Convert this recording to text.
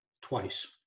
twice